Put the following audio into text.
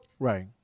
Right